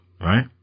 Right